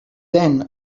then